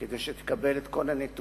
כדי שתקבל את כל הנתונים,